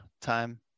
time